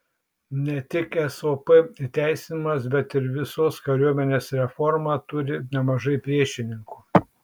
ne tik sop įteisinimas bet ir visos kariuomenės reforma turi nemažai priešininkų